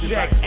Jack